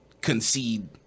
concede